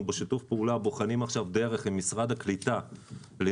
אנחנו בשיתוף פעולה בוחנים עכשיו דרך עם משרד העלייה והקליטה לנסות